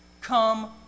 Come